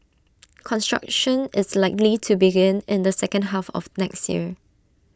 construction is likely to begin in the second half of next year